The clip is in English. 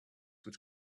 which